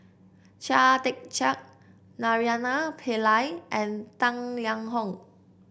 Chia Tee Chiak Naraina Pillai and Tang Liang Hong